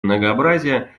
многообразия